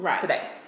today